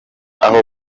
aho